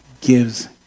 gives